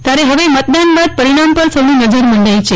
ત્યારે ફવે મતદાન બાદ પરિણામ પર સૌની નજર મંડાઈ છે